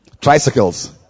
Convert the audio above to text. tricycles